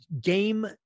game